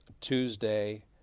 Tuesday